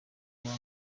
kuwa